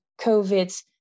COVID